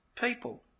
people